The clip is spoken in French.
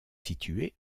situés